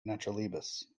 naturalibus